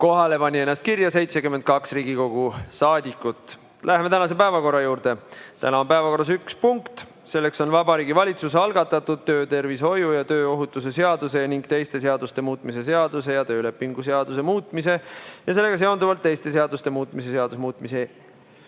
Sibulal on enne protseduuriline küsimus. Läheme tänase päevakorra juurde. Täna on päevakorras üks punkt. Selleks on Vabariigi Valitsuse algatatud töötervishoiu ja tööohutuse seaduse ning teiste seaduste muutmise seaduse ning töölepingu seaduse muutmise ja sellega seonduvalt teiste seaduste muutmise seaduse muutmise